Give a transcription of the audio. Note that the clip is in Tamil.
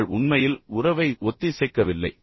நீங்கள் உண்மையில் உறவை ஒத்திசைக்கவில்லை